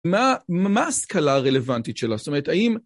מה ההשכלה הרלוונטית שלו? זאת אומרת, האם...